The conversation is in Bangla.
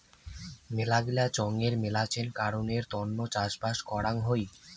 মেলাগিলা চঙের মেলাছেন কারণের তন্ন চাষবাস করাং হই